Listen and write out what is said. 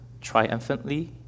triumphantly